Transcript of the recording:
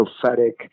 prophetic